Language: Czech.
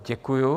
Děkuju.